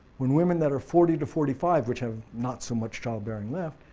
when women that are forty to forty five which have not so much childbearing left,